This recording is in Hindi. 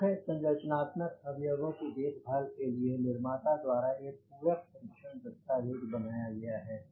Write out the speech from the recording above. मुख्य संरचनात्मक अवयवों की देख भाल के लिए निर्माता द्वारा एक पूरक परीक्षण दस्तावेज़ बनाया गया है